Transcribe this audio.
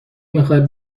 میخای